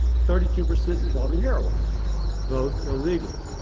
thirty two percent involving heroin both illegal.